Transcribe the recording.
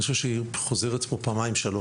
אני חושב שהיא חוזרת פה פעמיים-שלוש.